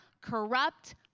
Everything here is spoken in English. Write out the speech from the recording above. corrupt